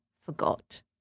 forgot